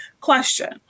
Question